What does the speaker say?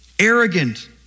Arrogant